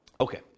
Okay